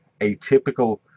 atypical